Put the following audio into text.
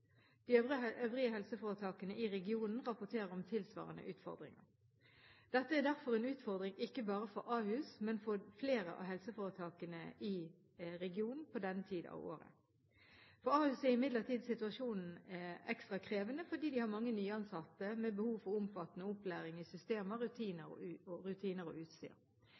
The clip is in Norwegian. øvrige helseforetakene i regionen rapporterer om tilsvarende utfordringer. Dette er derfor en utfordring ikke bare for Ahus, men for flere av helseforetakene i regionen – på denne tiden av året. For Ahus er imidlertid situasjonen ekstra krevende fordi de har mange nyansatte med behov for omfattende opplæring i systemer, rutiner og